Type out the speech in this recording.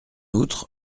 outre